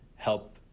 help